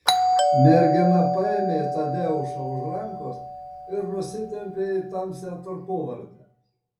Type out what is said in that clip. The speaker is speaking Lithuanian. mergina paėmė tadeušą už rankos ir nusitempė į tamsią tarpuvartę